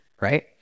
right